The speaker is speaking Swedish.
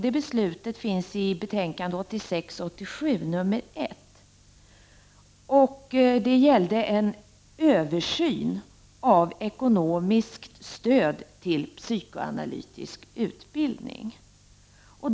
Det beslutet finns i betänkande 1986/87:1. Det gällde en översyn av ekonomiskt stöd till psykoanalytisk utbildning.